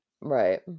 Right